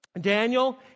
Daniel